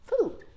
food